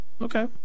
Okay